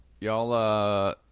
y'all